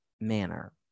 manner